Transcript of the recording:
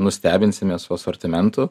nustebinsime su asortimentu